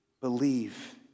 Believe